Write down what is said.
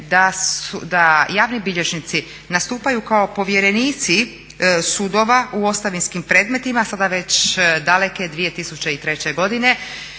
da javni bilježnici nastupaju kao povjerenici sudova u ostavinskim predmetima, sada već daleke 2003. godine